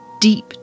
Deep